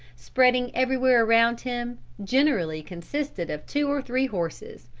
spreading everywhere around him, generally consisted of two or three horses,